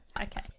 Okay